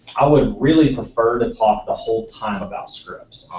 i would really prefer to talk the whole time about scripts,